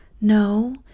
No